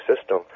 system